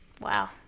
Wow